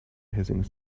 hissing